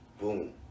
boom